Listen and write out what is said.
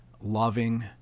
loving